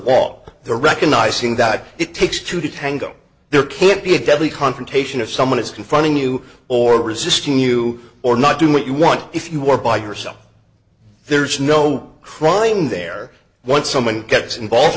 the recognizing that it takes two to tango there can't be a deadly confrontation if someone is confronting you or resisting you or not doing what you want if you were by yourself there's no crime there once someone gets involved